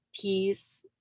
peace